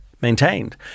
maintained